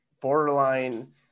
borderline